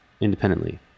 independently